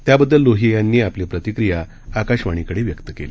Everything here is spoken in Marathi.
त्याबद्दल लोहिया यांनी आपली प्रतिक्रिया आकाशवाणीकडे व्यक्त केली